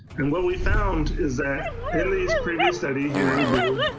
and what we found is that in this previous study here in green,